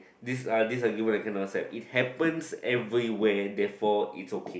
this uh this argument I cannot accept it happens everywhere therefore it's okay